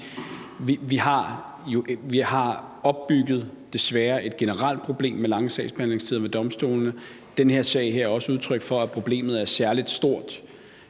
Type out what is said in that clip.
har opbygget et generelt problem med lange sagsbehandlingstider ved domstolene. Den her sag er også udtryk for, at problemet er særlig stort